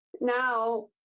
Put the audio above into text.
now